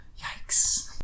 yikes